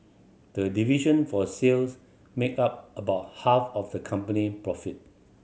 the division for sales makes up about half of the company profit